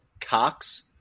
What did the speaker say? Cox